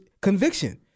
conviction